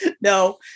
no